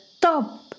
top